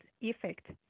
effect